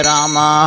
Rama